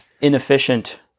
inefficient